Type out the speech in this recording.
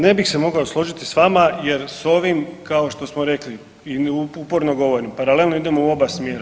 Ne bi se mogao složiti s vama, jer s ovim, kao što smo rekli i uporno govorim, paralelno idemo u oba smjera.